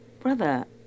Brother